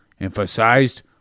emphasized